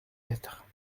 être